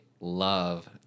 love